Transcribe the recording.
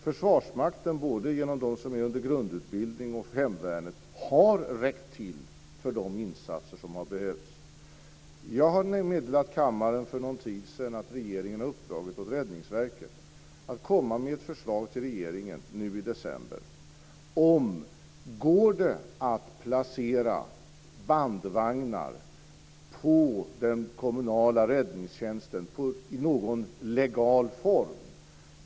Försvarsmakten - både de som är i grundutbildning och i hemvärnet - har räckt till de insatser som har behövts. Jag meddelade kammaren för någon tid sedan att regeringen har uppdragit åt Räddningsverket att komma med förslag till regeringen nu i december om det går att placera bandvagnar på den kommunala räddningstjänsten i någon legal form.